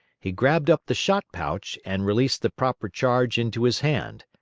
he grabbed up the shot-pouch and released the proper charge into his hand.